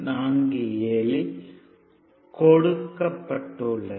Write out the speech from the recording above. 47 யில் கொடுக்கப்பட்டுள்ளது